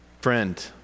Friend